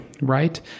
right